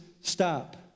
stop